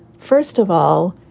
first of all,